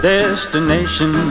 Destination